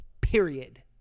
period